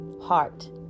heart